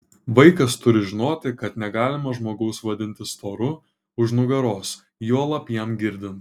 vaikas turi žinoti kad negalima žmogaus vadinti storu už nugaros juolab jam girdint